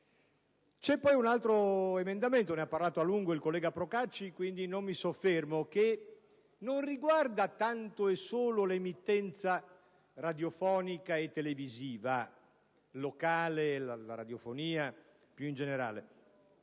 C'è poi un altro emendamento - ne ha parlato a lungo il collega Procacci, e quindi non mi soffermo sul tema - che riguarda non tanto e non solo l'emittenza radiofonica e televisiva locale, e la radiofonia più in generale,